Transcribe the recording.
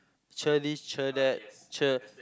cher this cher that cher